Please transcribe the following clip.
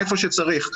איפה שצריך,